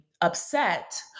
upset